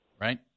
right